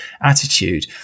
attitude